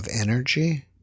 energy